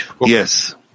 Yes